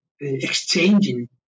exchanging